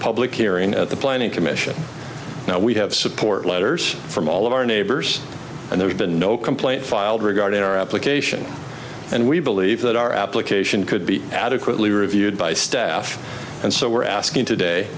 public hearing at the planning commission now we have support letters from all of our neighbors and there have been no complaint filed regarding our application and we believe that our application could be adequately reviewed by staff and so we're asking today